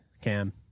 Cam